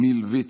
מִלביצקי.